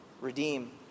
redeem